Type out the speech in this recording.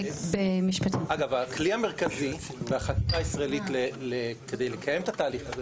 אגב הכלי המרכזי והחקיקה הישראלית כדי לקיים את התהליך הזה,